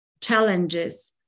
challenges